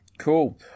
Cool